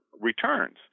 returns